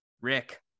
Rick